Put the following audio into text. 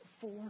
four